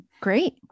great